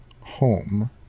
home